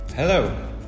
Hello